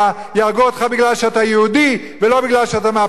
יהרגו אותך מפני שאתה יהודי ולא מפני שאתה מהפכן.